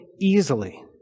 easily